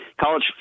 college